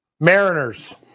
Mariners